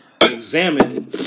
examine